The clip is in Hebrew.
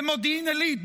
במודיעין עילית,